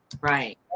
Right